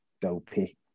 dopey